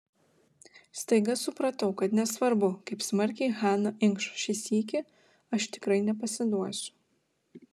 staiga supratau kad nesvarbu kaip smarkiai hana inkš šį sykį aš tikrai nepasiduosiu